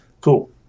Cool